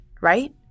right